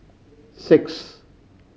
six